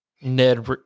Ned